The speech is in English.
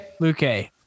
Luque